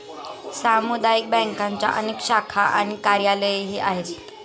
सामुदायिक बँकांच्या अनेक शाखा आणि कार्यालयेही आहेत